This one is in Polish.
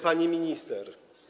Pani Minister!